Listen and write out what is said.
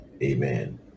Amen